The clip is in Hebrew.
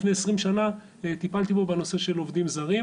מלפני 20 שנה טיפלתי בו בנושא של עובדים זרים.